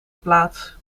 plaats